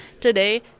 Today